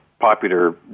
popular